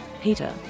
peter